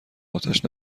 آتش